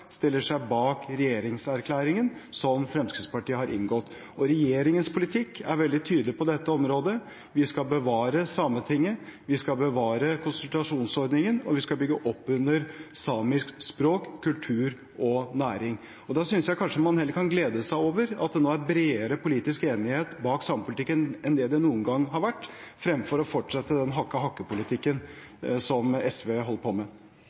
stiller seg bak regjeringserklæringen som Fremskrittspartiet har inngått. Og regjeringens politikk er veldig tydelig på dette området: Vi skal bevare Sametinget, vi skal bevare konsultasjonsordningen og vi skal bygge opp under samisk språk, kultur og næring. Og da synes jeg kanskje man heller kan glede seg over at det nå er bredere politisk enighet bak samepolitikken enn det noen gang har vært, fremfor å fortsette den hakke-hakke-politikken som SV holder på med.